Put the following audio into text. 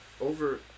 over